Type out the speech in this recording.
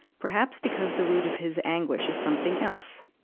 perhaps because the root of his anguish is something else.